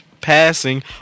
passing